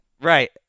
Right